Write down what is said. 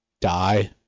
die